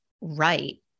right